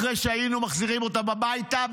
אחרי שהיינו מחזירים אותם הביתה,